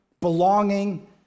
belonging